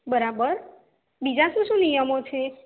બરાબર બીજા શું શું નિયમો છે